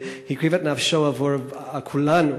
והקריב את נפשו עבור כולנו,